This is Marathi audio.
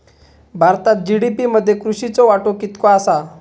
भारतात जी.डी.पी मध्ये कृषीचो वाटो कितको आसा?